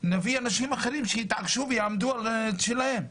נביא אנשים אחרים שהתעקשו ויעמדו על שלהם.